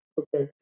okay